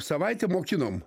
savaitę mokinom